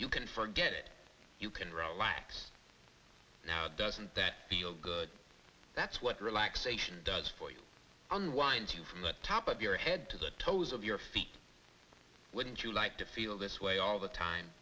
you can forget it you can relax now doesn't that feel good that's what relaxation does for you unwind you from the top of your head to the toes of your feet wouldn't you like to feel this way all the time